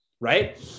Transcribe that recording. right